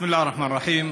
בסם אללה א-רחמאן א-רחים.